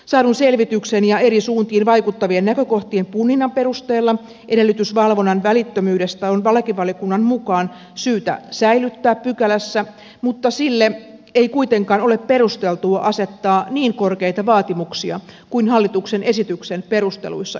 saadun selvityksen ja eri suuntiin vaikuttavien näkökohtien punninnan perusteella edellytys valvonnan välittömyydestä on lakivaliokunnan mukaan syytä säilyttää pykälässä mutta sille ei kuitenkaan ole perusteltua asettaa niin korkeita vaatimuksia kuin hallituksen esityksen perusteluissa esitetään